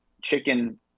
chicken